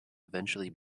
eventually